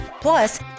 Plus